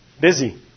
Busy